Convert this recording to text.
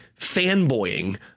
fanboying